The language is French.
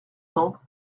cents